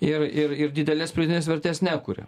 ir didelės pridėtinės vertės nekuria